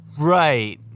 Right